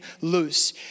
loose